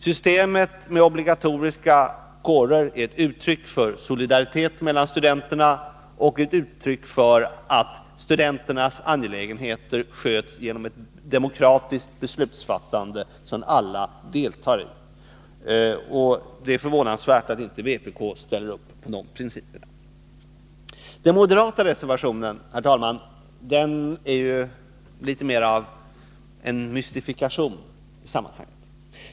Systemet med obligatoriska kårer är ett uttryck för solidaritet mellan studenterna och uttryck för att studenternas angelägenheter sköts genom ett demokratiskt beslutsfattande som alla deltar i. Det är förvånansvärt att inte vpk ställer upp på de principerna. Den moderata reservationen, herr talman, är litet mer av en mystifikation i sammanhanget.